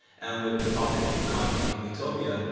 and with the topic of the conference being utopia,